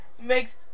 Makes